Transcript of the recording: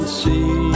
see